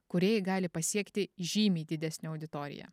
kūrėjai gali pasiekti žymiai didesnę auditoriją